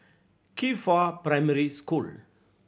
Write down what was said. Qifa Primary School